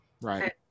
Right